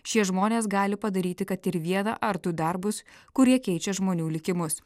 šie žmonės gali padaryti kad ir vieną ar du darbus kurie keičia žmonių likimus